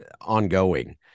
ongoing